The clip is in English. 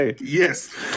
yes